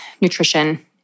nutrition